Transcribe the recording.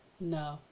No